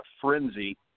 frenzy